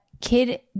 Kid